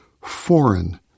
foreign